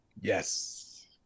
Yes